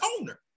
owner